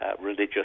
religious